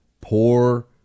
poor